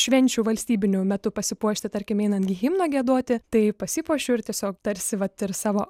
švenčių valstybinių metu pasipuošti tarkim einant himną giedoti tai pasipuošiu ir tiesiog tarsi vat ir savo